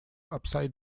upside